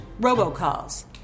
robocalls